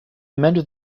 mend